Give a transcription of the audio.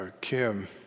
Kim